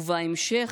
ובהמשך,